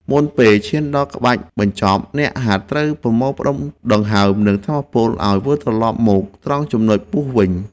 នៅពេលឈានដល់ក្បាច់បញ្ចប់ អ្នកហាត់ត្រូវប្រមូលផ្ដុំដង្ហើម និងថាមពលឱ្យវិលត្រឡប់មកត្រង់ចំនុចពោះវិញ។